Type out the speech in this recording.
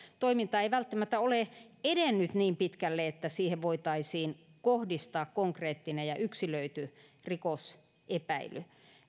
toiminta ei välttämättä ole edennyt niin pitkälle että siihen voitaisiin kohdistaa konkreettinen ja yksilöity rikosepäily